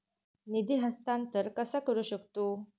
निधी हस्तांतर कसा करू शकतू?